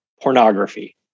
pornography